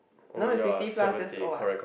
now is sixty plus years old what